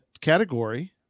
category